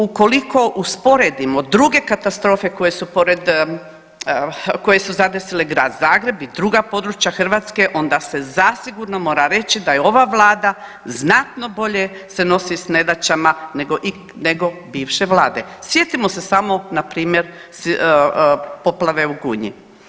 Ukoliko usporedimo druge katastrofe koje su pored koje su zadesile Grad Zagreb i druga područja Hrvatske onda se zasigurno mora reći da je ova Vlada znatno bolje se nosi s nedaćama nego bivše vlade, sjetimo se samo npr. poplave u Gunji.